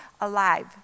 alive